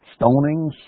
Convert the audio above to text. stonings